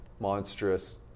monstrous